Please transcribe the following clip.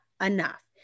enough